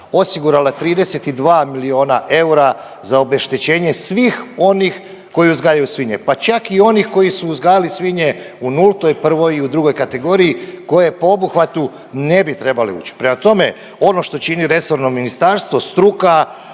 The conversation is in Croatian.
osigurala 32 miliona eura za obeštećenje svih onih koji su uzgajali svinje u nultoj, prvoj i u drugoj kategoriji koje po obuhvatu ne bi trebale uć. Prema tome, ono što čini resorno ministarstvo, struka